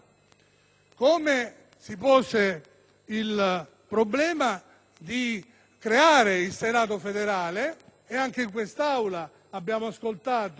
pose inoltre il problema di creare il Senato federale,